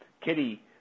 Kitty